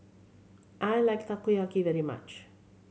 I like Takoyaki very much